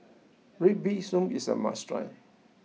Red Bean Soup is a must try